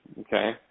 Okay